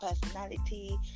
personality